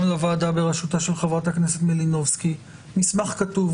לוועדה בראשותה של חברת הכנסת מלינובסקי מסמך כתוב